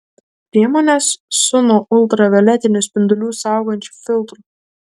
priemonės su nuo ultravioletinių spindulių saugančiu filtru